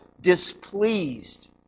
displeased